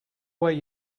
where